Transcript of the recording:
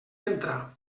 entra